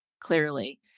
clearly